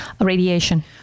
radiation